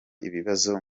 ibibazo